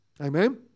Amen